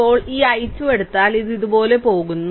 ഇപ്പോൾ ഈ I2 എടുത്താൽ ഇത് ഇതുപോലെ പോകുന്നു